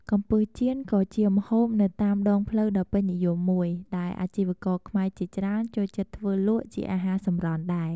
កំំពឹសចៀនក៏ជាម្ហូបនៅតាមដងផ្លូវដ៏ពេញនិយមមួយ ដែលអាជីករខ្មែរជាច្រើនចូលចិត្តធ្វើលក់ជាអាហារសម្រន់ដែរ។